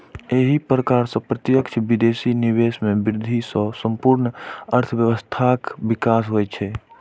एहि प्रकार सं प्रत्यक्ष विदेशी निवेश मे वृद्धि सं संपूर्ण अर्थव्यवस्थाक विकास होइ छै